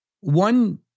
One